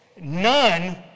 None